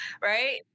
Right